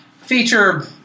feature